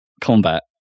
combat